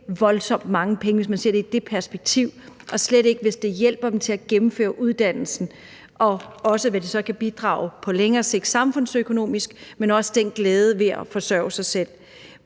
voldsomt mange penge, hvis man ser det i det perspektiv, og slet ikke hvis det hjælper dem til at gennemføre uddannelsen, og hvis man ser på, hvad de kan bidrage med på længere sigt samfundsøkonomisk, men også ser på glæden ved at forsørge sig selv.